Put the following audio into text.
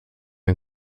and